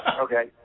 Okay